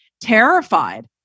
Terrified